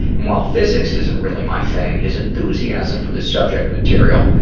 and while physics isn't really my thing, his enthusiasm for the subject material,